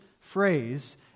phrase